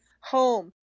home